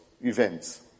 events